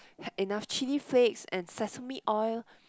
had enough chili flakes and sesame oil